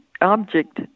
object